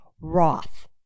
Roth